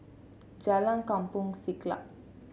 Jalan Kampong Siglap